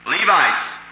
Levites